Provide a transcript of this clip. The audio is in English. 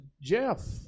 Jeff